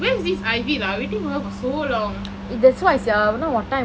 where is this ivy lah waiting for her for so long